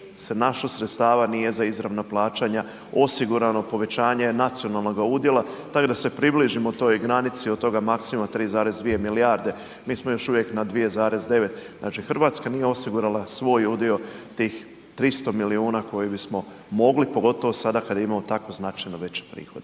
našlo sredstava nije za izravna plaćanja osigurano povećanje nacionalnoga udjela tako da se približimo toj granici od toga maksima 3,2 milijarde, mi smo još uvijek na 2,9, znači Hrvatska nije osigurala svoj udio tih 300 milijuna koje bismo mogli, pogotovo sada kada imamo tako značajno veće prihode.